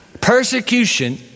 Persecution